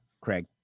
Craig